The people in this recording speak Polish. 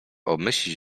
obmyślić